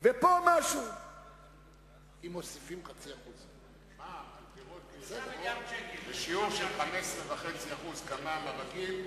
אם מוסיפים 0.5%. בשיעור של 15.5% כמע"מ הרגיל,